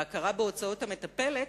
להכרה בהוצאות המטפלת,